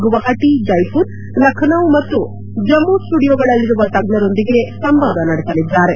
ಗುವಾಹಟಿ ಜೈಪುರ್ ಲಖನೌ ಮತ್ತು ಜಮ್ಮು ಸ್ವುಡಿಯೋಗಳಲ್ಲಿರುವ ತಜ್ಞರೊಂದಿಗೆ ಸಂವಾದ ನಡೆಸಲಿದ್ದಾರೆ